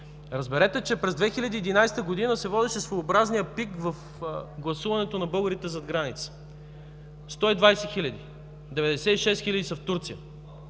Разберете, че през 2011 г. се водеше своеобразният пик в гласуването на българите зад граница. Сто и двадесет хиляди – 96 хиляди са в Турция,